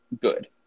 good